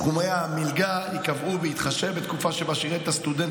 סכומי המלגה ייקבעו בהתחשב בתקופה שבה שירת הסטודנט